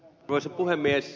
arvoisa puhemies